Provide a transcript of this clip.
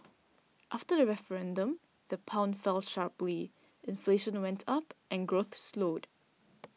after the referendum the pound fell sharply inflation went up and growth slowed